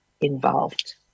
involved